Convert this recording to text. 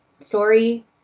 story